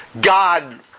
God